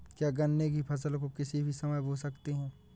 क्या गन्ने की फसल को किसी भी समय बो सकते हैं?